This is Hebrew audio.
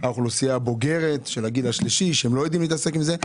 באוכלוסייה הבוגרת של הגיל השלישי שלא יודעת להתעסק עם זה.